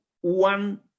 one